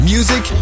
Music